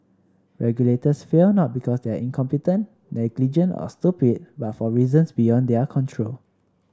regulators fail not because they are incompetent negligent or stupid but for reasons beyond their control